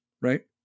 right